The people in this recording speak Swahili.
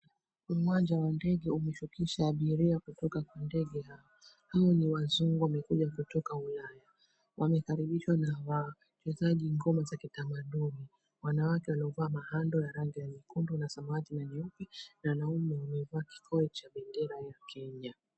Uwanja wa ndege umeshukisha abiria kutoka kwa ndege. Hao ni wazungu wamekuja kutoka ulaya. Wamekaribishwa na wachezaji ngoma za kitamaduni. Wanawake waliovaa mahando ya rangi ya nyekundu na samawati na nyeupe, na wanaume waliovaa kikoi cha bendera ya kenya.